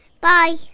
Bye